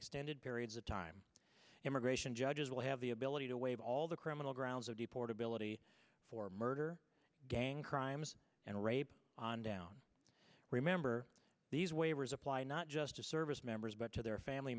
extended periods of time immigration judges will have the ability to waive all the criminal grounds of the portability for murder gang crimes and rape on down remember these waivers apply not just to service members but to their family